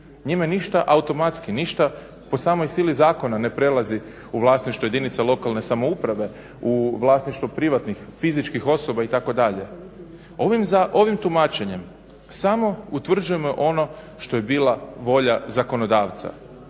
Njime ništa po samoj sili zakona ne prelazi u vlasništvo jedinica lokalne samouprave, u vlasništvo privatnih, fizičkih osoba itd. Ovim tumačenjem samo utvrđujemo ono što je bila volja zakonodavca